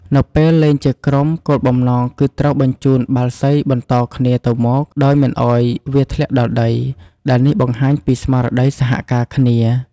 នៅពេលលេងជាក្រុម គោលបំណងគឺត្រូវបញ្ជូនបាល់សីបន្តគ្នាទៅមក ដោយមិនឱ្យវាធ្លាក់ដល់ដី ដែលនេះបង្ហាញពីស្មារតីសហការគ្នា ។